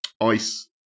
ice